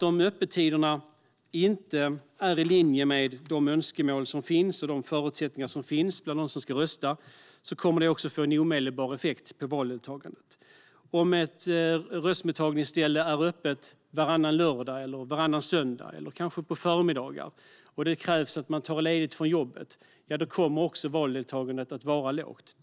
Om öppettiderna inte är i linje med de önskemål och förutsättningar som finns bland dem som ska rösta kommer det också att få en omedelbar effekt på valdeltagandet. Om ett röstmottagningsställe är öppet varannan lördag, varannan söndag eller kanske på förmiddagar och det krävs att man tar ledigt från jobbet kommer valdeltagandet att vara lågt.